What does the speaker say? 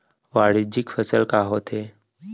वाणिज्यिक फसल का होथे?